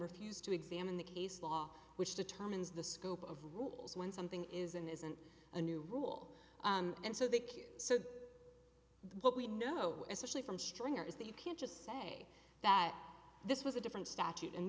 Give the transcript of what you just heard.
refuse to examine the case law which determines the scope of rules when something isn't isn't a new rule and so the q so what we know especially from stringer is that you can't just say that this was a different statute and